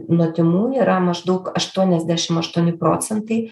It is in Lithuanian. nuo tymų yra maždaug aštuoniasdešim aštuoni procentai